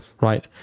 Right